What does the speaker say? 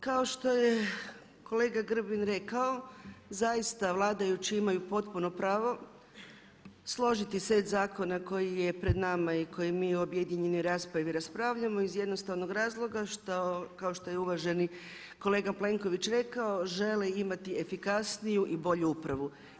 Kao što je kolega Grbin rekao, zaista vladajući imaju potpuno pravo složiti set zakona koji je pred nama i koje mi u objedinjenoj raspravi raspravljamo iz jednostavnog razloga što kao što je i uvaženi kolega Plenković rekao žele imati efikasniju i bolju upravu.